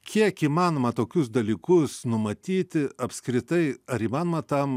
kiek įmanoma tokius dalykus numatyti apskritai ar įmanoma tam